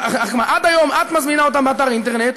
עד היום את מזמינה אותם באתר אינטרנט.